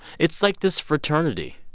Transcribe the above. it's like this fraternity.